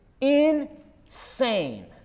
Insane